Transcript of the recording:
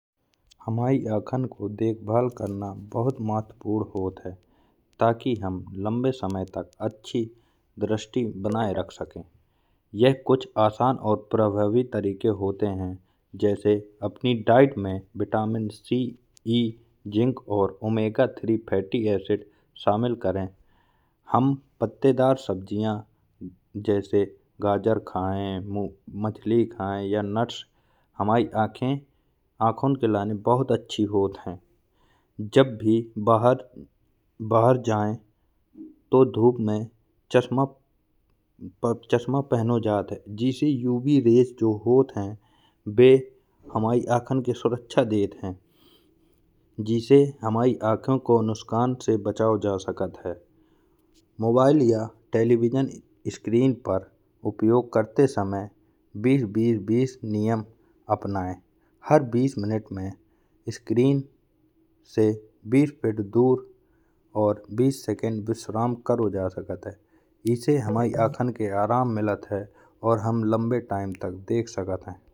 हामय आखन को देखभाल करना बहुत महत्वपूर्ण होत है। ताकि हम लंबे समय तक अच्छी दृष्टि बनाए रख सके यह कुछ आसान और प्रभावी तरीके होते हैं। अपनी डाइट में विटामिन सी ई जिंक और ओमेगा तीन फैटी एसिड शामिल करें हम पत्तेदार सब्जियां जैसे गाजर खाएं मछली खाएं या नट्स हामै आखन के लिए बहुत अच्छे होत हैं। जब भी बाहर जाएं तो धूप में चश्मा पहनो जात है। जिसे यूवी रेज़ जो होत है वे हामै आखन के सुरक्षा देत हैं। जिसे हामै आंखों के नुकसान के बचाव जा सकत है। मोबाइल या टेलीविजन स्क्रीन पर उपयोग करते समय बेस नियम अपनें हर बीस मिनट में स्क्रीन से बीस फीट दूर और बीस सेकंड विश्राम करो जा सकत है। इसे हामय आखन के आराम मिलत है और हम लंबे समय तक देख सकत है।